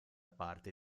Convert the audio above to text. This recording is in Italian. parte